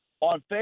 On